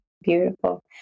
beautiful